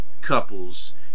couples